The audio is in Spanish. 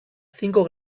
cinco